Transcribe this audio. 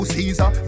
Caesar